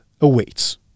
awaits